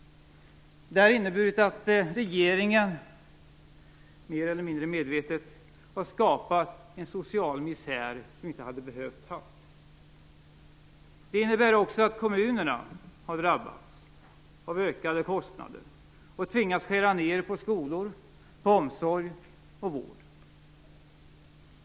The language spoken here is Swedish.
Det har inneburit att regeringen mer eller mindre medvetet har skapat en social misär som vi inte hade behövt ha. Det innebär också att kommunerna har drabbats av ökade kostnader och har tvingats skära ned på skolor, omsorg och vård.